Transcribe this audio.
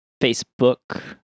Facebook